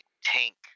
Tank